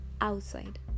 outside